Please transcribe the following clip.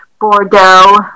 Bordeaux